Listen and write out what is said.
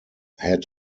had